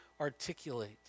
articulate